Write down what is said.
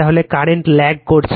তাহলে current lag করছে